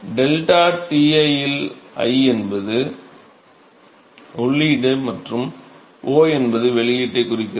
ΔTi இல் i என்பது உள்ளீடு மற்றும் o என்பது வெளியீட்டைக் குறிக்கிறது